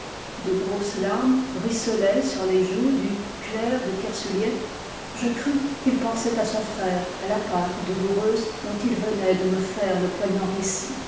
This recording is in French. de grosses larmes ruisselaient sur les joues du clerc de kersuliet t je crus qu'il pensait à son frère à la pâque douloureuse dont il venait de me faire le poignant récit